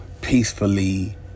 peacefully